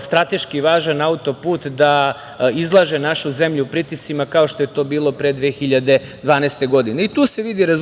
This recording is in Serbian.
strateški važan autoput, da izlaže našu zemlju pritiscima kao što je to bilo pre 2012. godine.I